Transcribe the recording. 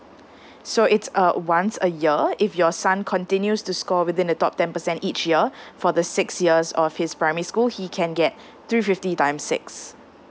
so it's uh once a year if your son continues to score within the top ten percent each year for the six years of his primary school he can get three fifty times six